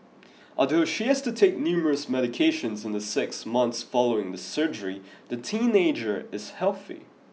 although she has to take numerous medications in the six months following the surgery the teenager is healthy